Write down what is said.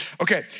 Okay